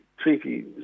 treaty